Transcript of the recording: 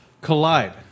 collide